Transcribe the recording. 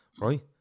Right